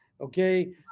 okay